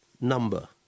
Number